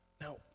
Now